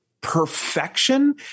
Perfection